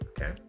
okay